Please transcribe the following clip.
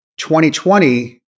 2020